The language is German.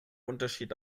unterschied